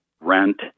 rent